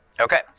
Okay